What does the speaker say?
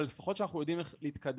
אבל לפחות שאנחנו יודעים איך להתקדם.